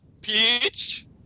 Peach